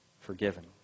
forgiven